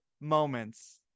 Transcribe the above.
moments